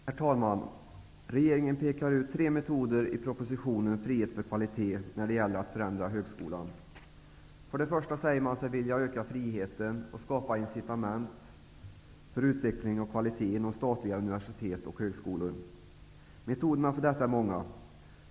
Herr talman! Regeringen pekar ut tre metoder i propositionen ''Frihet för kvalitet'' när det gäller att förändra högskolan. För det första säger man sig vilja öka friheten och skapa incitament för utveckling och kvalitet inom statliga universitet och högskolor. Metoderna för detta är många.